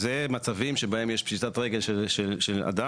אלה מצבים שבהם יש פשיטת רגל של אדם,